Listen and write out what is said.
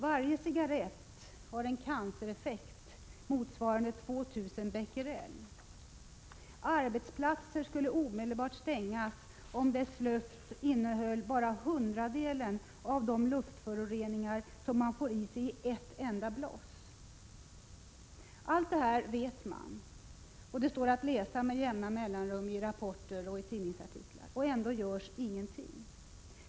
Varje cigarett har en cancereffekt motsvarande 2 000 becquerel. Arbetsplatser skulle omedelbart stängas, om deras luft innehöll bara hundradelen av de luftföroreningar som man får i sig i ett enda bloss. Allt detta vet vi — det står att läsa med jämna mellanrum i rapporter och tidningsartiklar. Och ändå görs ingenting.